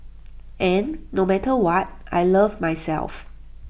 and no matter what I love myself